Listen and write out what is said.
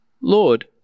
Lord